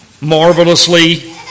marvelously